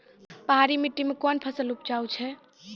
पहाड़ी मिट्टी मैं कौन फसल उपजाऊ छ?